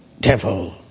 devil